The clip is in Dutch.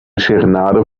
serenade